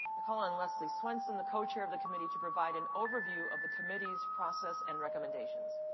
i call on leslie swenson, the co-chair of the committee, to provide an overview of the committee's process and recommendations.